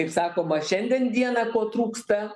kaip sakoma šiandien dieną ko trūksta